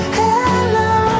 hello